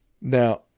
Now